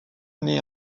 naît